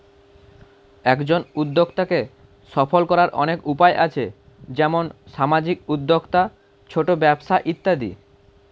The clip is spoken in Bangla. একজন উদ্যোক্তাকে সফল করার অনেক উপায় আছে, যেমন সামাজিক উদ্যোক্তা, ছোট ব্যবসা ইত্যাদি